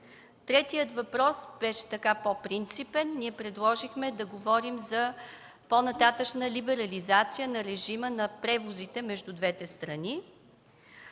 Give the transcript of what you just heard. Третият въпрос беше по-принципен – ние предложихме да говорим за по-нататъшна либерализация на режима на превозите между двете страни,